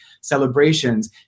celebrations